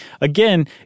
Again